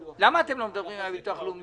למה אתם לא מדברים עם הביטוח הלאומי?